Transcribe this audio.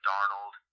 Darnold